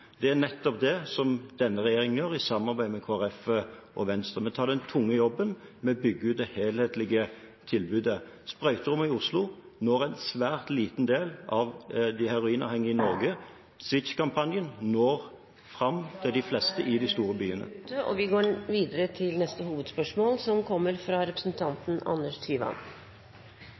Det er nettopp det denne regjeringen gjør, i samarbeid med Kristelig Folkeparti og Venstre. Vi tar den tunge jobben, vi bygger ut det helhetlige tilbudet. Sprøyterommet i Oslo når en svært liten del av de heroinavhengige i Norge. SWITCH-kampanjen når fram til de fleste i de store byene. Da er taletiden ute, og vi går videre til neste hovedspørsmål.